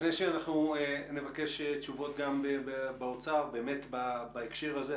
לפני שנבקש תשובות גם מהאוצר באמת בהקשר הזה,